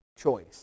choice